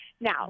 now